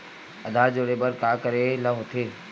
आधार जोड़े बर का करे ला होथे?